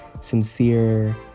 sincere